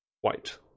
White